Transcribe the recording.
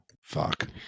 Fuck